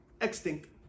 extinct